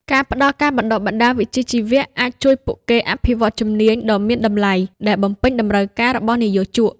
ការផ្តល់ការបណ្ដុះបណ្ដាលវិជ្ជាជីវៈអាចជួយពួកគេអភិវឌ្ឍជំនាញដ៏មានតម្លៃដែលបំពេញតម្រូវការរបស់និយោជក។